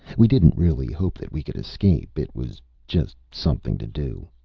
we didn't really hope that we could escape. it was just something to do.